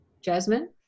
Jasmine